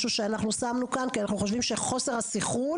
משהו שאנחנו שמנו כאן כי אנחנו חושבים שחוסר הסנכרון